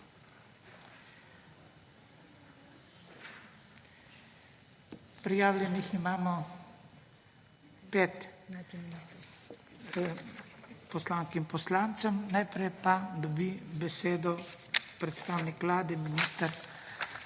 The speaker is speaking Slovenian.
Prijavljenih imamo 5 poslank in poslancev. Najprej pa dobi besedo predstavnik vlade, minister